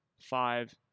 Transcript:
five